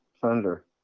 thunder